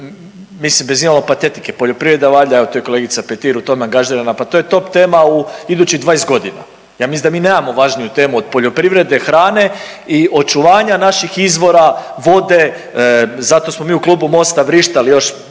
mislim, bez imalo patetike, poljoprivreda, valjda, evo, tu je kolegica Petir u tome angažirana, pa to je top tema u idućih 20 godina. Ja mislim da mi nemamo važniju temu od poljoprivrede, hrane i očuvanja naših izvora vode, zato smo mi u Klubu Mosta vrištali još